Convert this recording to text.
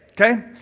okay